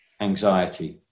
anxiety